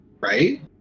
Right